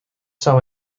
zou